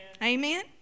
Amen